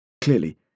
Clearly